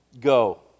Go